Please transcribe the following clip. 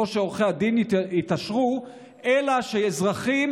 לא שעורכי הדין יתעשרו אלא שאזרחים